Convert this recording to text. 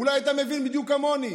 אולי אתה מבין בדיוק כמוני.